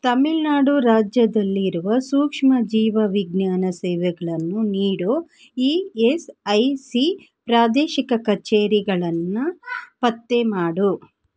ತಮಿಳುನಾಡು ರಾಜ್ಯದಲ್ಲಿರುವ ಸೂಕ್ಷ್ಮಜೀವವಿಜ್ಞಾನ ಸೇವೆಗಳನ್ನು ನೀಡೊ ಇ ಎಸ್ ಐ ಸಿ ಪ್ರಾದೇಶಿಕ ಕಛೇರಿಗಳನ್ನು ಪತ್ತೆ ಮಾಡು